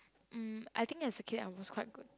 mm I think as a kid I was quite good